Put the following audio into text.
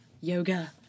yoga